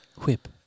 Whip